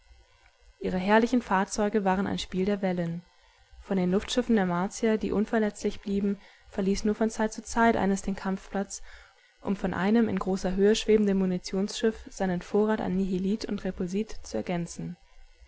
ihre herrlichen fahrzeuge waren ein spiel der wellen von den luftschiffen der martier die unverletzlich blieben verließ nur von zeit zu zeit eines den kampfplatz um von einem in großer höhe schwebenden munitionsschiff seinen vorrat an nihilit und repulsit zu ergänzen